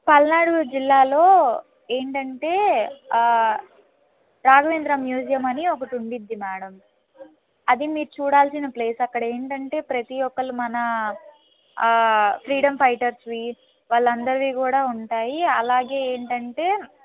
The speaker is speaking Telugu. పల్నాడు జిల్లాలో ఏంటంటే రాఘవేంద్ర మ్యూజియం అని ఒకటి ఉంటుంది మ్యాడమ్ అది మీరు చూడాల్సిన ప్లేస్ అక్కడ ఏంటంటే ప్రతి ఒకరు మన ఫ్రీడమ్ ఫైటర్స్ వాళ్ళందరివి కూడా ఉంటాయి అలాగే ఏంటంటే